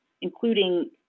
including